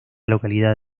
localidad